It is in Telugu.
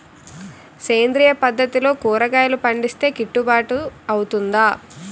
సేంద్రీయ పద్దతిలో కూరగాయలు పండిస్తే కిట్టుబాటు అవుతుందా?